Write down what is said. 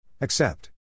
Accept